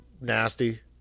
nasty